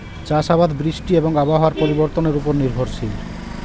চাষ আবাদ বৃষ্টি এবং আবহাওয়ার পরিবর্তনের উপর নির্ভরশীল